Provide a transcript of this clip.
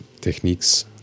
techniques